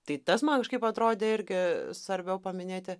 tai tas man kažkaip atrodė irgi svarbiau paminėti